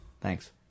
Thanks